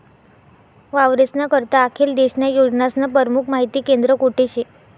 वावरेस्ना करता आखेल देशन्या योजनास्नं परमुख माहिती केंद्र कोठे शे?